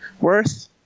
worth